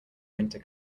winter